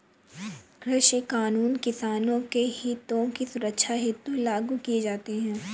कृषि कानून किसानों के हितों की सुरक्षा हेतु लागू किए जाते हैं